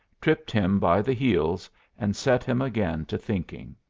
tripped him by the heels and set him again to thinking.